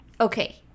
Okay